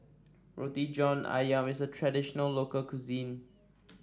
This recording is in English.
Roti John ayam is a traditional local cuisine